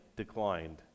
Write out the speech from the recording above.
declined